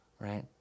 right